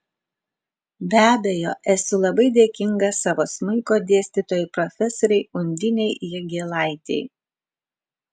be abejo esu labai dėkinga savo smuiko dėstytojai profesorei undinei jagėlaitei